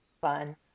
fun